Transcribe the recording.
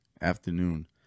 afternoon